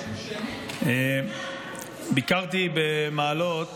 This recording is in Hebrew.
ביקרתי במעלות